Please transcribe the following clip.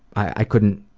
i couldn't,